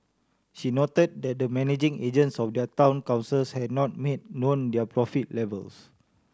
she noted that the managing agents of other town councils had not made known their profit levels